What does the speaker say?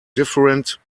different